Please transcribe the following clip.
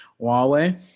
Huawei